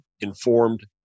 informed